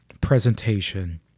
presentation